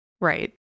Right